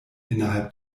innerhalb